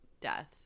death